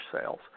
sales